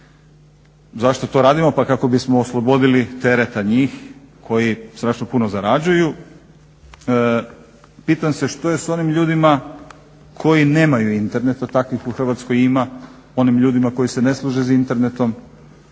Zašto to radimo? Pa kako bismo oslobodili tereta njih koji strašno puno zarađuju. Pitam se što je sa onim ljudima koji nemaju interneta, a takvih u Hrvatskoj ima, onim ljudima koji se ne služe internetom.